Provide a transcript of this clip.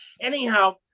Anyhow